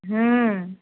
ह्म्म